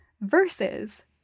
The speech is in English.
versus